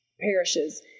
parishes